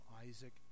Isaac